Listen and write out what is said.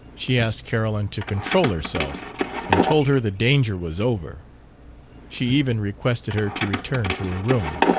she asked carolyn to control herself and told her the danger was over she even requested her to return to her room.